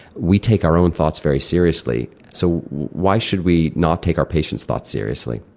we take our own thoughts very seriously, so why should we not take our patients' thoughts seriously?